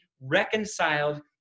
reconciled